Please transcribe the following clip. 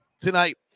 tonight